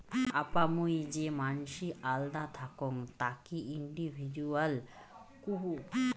আপা মুই যে মানসি আল্দা থাকং তাকি ইন্ডিভিজুয়াল কুহ